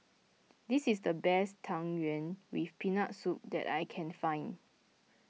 this is the best Tang Yuen with Peanut Soup that I can find